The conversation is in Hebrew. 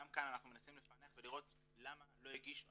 גם כאן אנחנו מנסים לפענח ולראות למה לא הגישו,